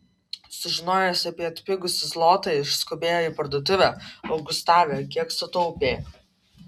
sužinojęs apie atpigusį zlotą išskubėjo į parduotuvę augustave kiek sutaupė